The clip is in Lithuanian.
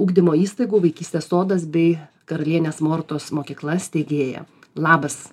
ugdymo įstaigų vaikystės sodas bei karalienės mortos mokykla steigėja labas